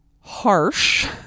harsh